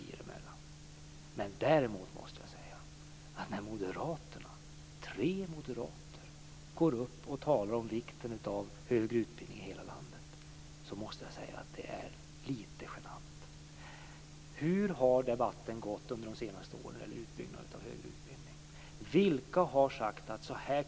Det är lite genant när tre moderater har gått upp och talat om vikten av högre utbildning i hela landet. Hur har debatten gått under de senaste åren när det gäller utbyggnad av högre utbildning? Vilka har sagt att det inte går att hålla på så här?